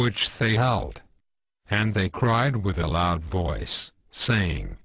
which they held and they cried with a loud voice saying